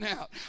out